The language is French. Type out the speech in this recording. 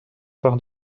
par